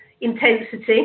intensity